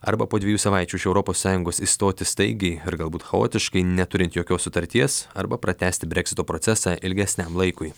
arba po dviejų savaičių iš europos sąjungos išstoti staigiai ir galbūt chaotiškai neturint jokios sutarties arba pratęsti breksito procesą ilgesniam laikui